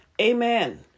Amen